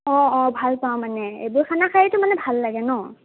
অঁ অঁ ভাল পাওঁ মানে এইবোৰ খানা খায়েতো মানে ভাল লাগে ন